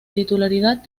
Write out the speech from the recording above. titularidad